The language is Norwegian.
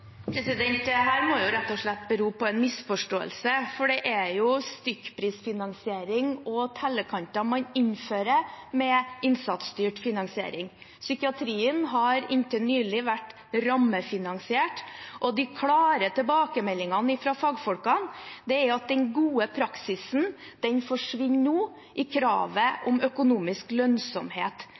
rett og slett bero på en misforståelse, for det er jo stykkprisfinansiering og tellekanter man innfører med innsatsstyrt finansiering. Psykiatrien har inntil nylig vært rammefinansiert, og de klare tilbakemeldingene fra fagfolkene er at den gode praksisen nå forsvinner i kravet om økonomisk lønnsomhet.